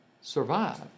survive